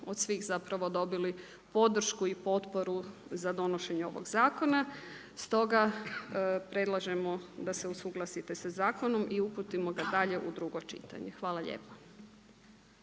od svih dobili podršku i potporu za donošenje ovog zakona s toga predlažemo da se usuglasite sa zakonom i uputimo ga dalje u drugo čitanje. Hvala lijepa.